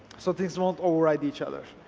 so these won't overwrite each other.